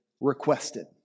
requested